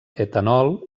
etanol